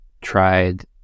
tried